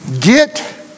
get